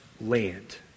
land